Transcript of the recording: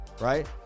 right